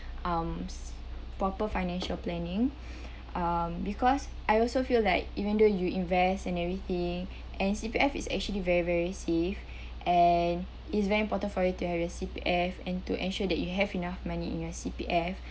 um s~ proper financial planning um because I also feel like even though you invest and everything and C_P_F is actually very very safe and it's very important for you to have your C_P_F and to ensure that you have enough money in your C_P_F